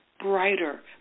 brighter